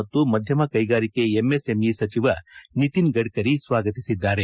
ಮತ್ತು ಮಧ್ಯಮ ಕೈಗಾರಿಕೆ ಎಂಎಸ್ಎಂಇ ಸಚಿವ ನಿತಿನ್ ಗಡ್ಡರಿ ಸ್ವಾಗತಿಸಿದ್ದಾರೆ